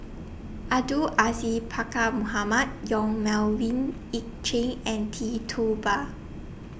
Abdul Aziz Pakkeer Mohamed Yong Melvin Yik Chye and Tee Tua Ba